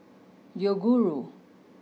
Yoguru